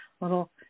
little